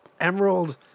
emerald